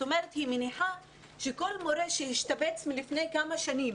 היא מניחה שכל מורה שהשתבץ לפני כמה שנים